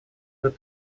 этот